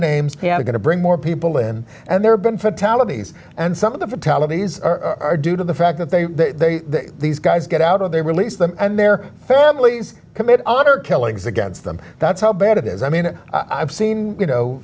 have going to bring more people in and there have been fatalities and some of the fatalities are due to the fact that they these guys get out of they release them and their families commit other killings against them that's how bad it is i mean i've seen you know